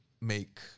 make